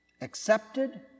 Accepted